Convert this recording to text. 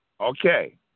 Okay